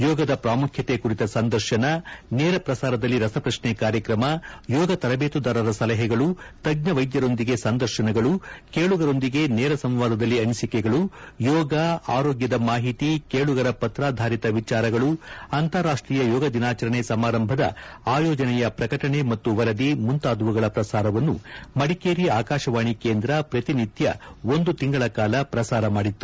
ಯೋಗದ ಪ್ರಾಮುಖ್ಯತೆ ಕುರಿತ ಸಂದರ್ಶನ ನೇರ ಪ್ರಸಾರದಲ್ಲಿ ರಸಪ್ರಶ್ನೆ ಕಾರ್ಯಕ್ರಮ ಯೋಗ ತರಬೇತುದಾರರ ಸಲಹೆಗಳು ತಜ್ಞ ವೈದ್ಯರೊಂದಿಗೆ ಸಂದರ್ಶನಗಳು ಕೇಳುಗರೊಂದಿಗೆ ನೇರ ಸಂವಾದದಲ್ಲಿ ಅನಿಸಿಕೆಗಳು ಯೋಗ ಆರೋಗ್ಯದ ಮಾಹಿತಿ ಕೇಳುಗರ ಪತ್ರಾಧಾರಿತ ವಿಚಾರಗಳು ಅಂತಾರಾಷ್ಷೀಯ ಯೋಗ ದಿನಾಚರಣೆ ಸಮಾರಂಭದ ಆಯೋಜನೆಯ ಪ್ರಕಟಣೆ ಮತ್ತು ವರದಿ ಮುಂತಾದವುಗಳ ಪ್ರಸಾರವನ್ನು ಮಡಿಕೇರಿ ಆಕಾಶವಾಣಿ ಕೇಂದ್ರ ಪ್ರತಿ ನಿತ್ಯ ಒಂದು ತಿಂಗಳ ಕಾಲ ಪ್ರಸಾರ ಮಾಡಿತ್ತು